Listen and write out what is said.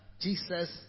Jesus